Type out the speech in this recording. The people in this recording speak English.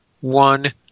one